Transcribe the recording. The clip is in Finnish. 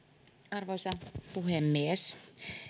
arvoisa puhemies